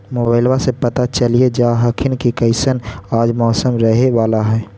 मोबाईलबा से पता चलिये जा हखिन की कैसन आज मौसम रहे बाला है?